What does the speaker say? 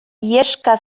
iheska